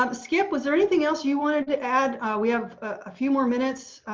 um skip, was there anything else you wanted to add. we have a few more minutes.